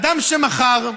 אדם שמכר,